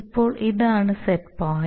ഇപ്പോൾ ഇതാണ് set point